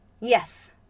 Yes